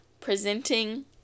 presenting